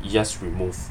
you just remove